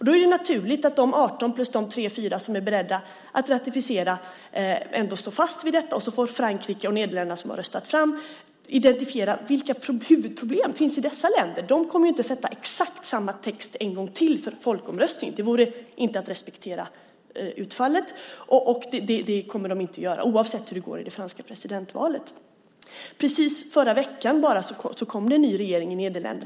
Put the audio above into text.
Då är det naturligt att de 18 plus de tre fyra som är beredda att ratificera ändå står fast vid detta, och så får Frankrike och Nederländerna, som har röstat, identifiera vilka huvudproblem som finns i dessa länder. De kommer ju inte att ställa exakt samma text under folkomröstning en gång till. Det vore att inte respektera utfallet, och det kommer de inte att göra, oavsett hur det går i det franska presidentvalet. Bara i förra veckan kom det en ny regering i Nederländerna.